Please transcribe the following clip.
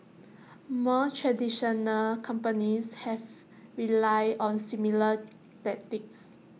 more traditional companies have relied on similar tactics